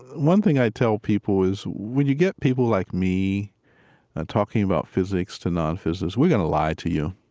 one thing i tell people is when you get people like me and talking about physics to nonphysicists, we're going lie to you,